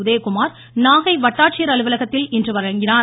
உதயகுமார் நாகை வட்டாட்சியர் அலுவலகத்தில் இன்று வழங்கினார்